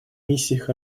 миссиях